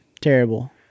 Terrible